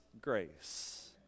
grace